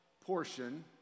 portion